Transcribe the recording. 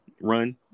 run